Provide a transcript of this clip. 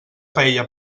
paella